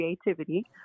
creativity